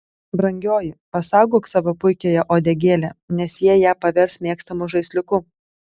brangioji pasaugok savo puikiąją uodegėlę nes jie ją pavers mėgstamu žaisliuku